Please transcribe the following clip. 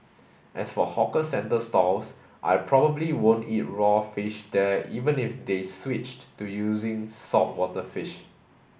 as for hawker centre stalls I probably won't eat raw fish there even if they switched to using saltwater fish